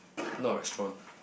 not restaurant